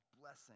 blessing